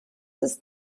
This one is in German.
ist